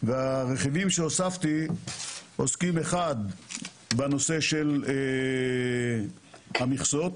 והרכיבים שהוספתי עוסקים בנושא של המכסות.